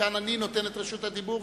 כאן אני נותן את רשות הדיבור,